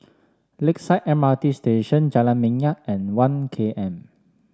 Lakeside M R T Station Jalan Minyak and One K M